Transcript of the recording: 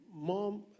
mom